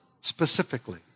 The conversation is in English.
specifically